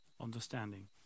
Understanding